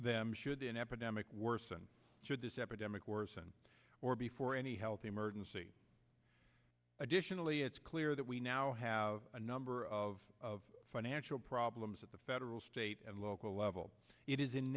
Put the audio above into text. them should an epidemic worsen should this epidemic worsen or before any health emergency additionally it's clear that we now have a number of financial problems at the federal state and local